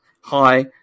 Hi